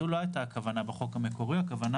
לא זו הייתה כוונת החוק המקורי, הכוונה